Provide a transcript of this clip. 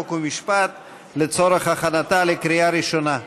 חוק ומשפט לצורך הכנתה לקריאה ראשונה.